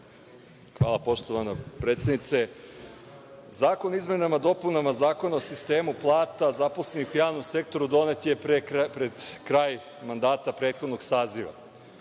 Hvala, poštovani predsednice. Zakon o izmenama i dopunama Zakona o sistemu plata zaposlenih u javnom sektoru donet je pred kraj mandata prethodnog saziva.